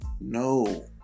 no